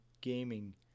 gaming